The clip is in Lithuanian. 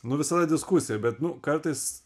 nu visada diskusija bet nu kartais